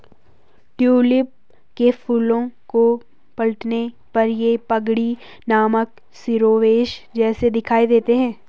tulip के फूलों को पलटने पर ये पगड़ी नामक शिरोवेश जैसे दिखाई देते हैं